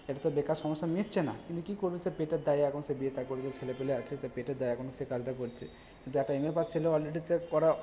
এটা তো বেকার সমস্যা মিটছে না কিছু কি করবে সে পেটের দায়ে এখন সে বিয়ে থা করেছে ছেলে পেলে আছে সে পেটের দায়ে এখন সে কাজটা করছে কিন্তু একটা এমএ পাশ ছেলে অলরেডি চে করা